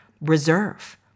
reserve